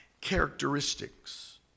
characteristics